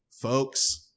folks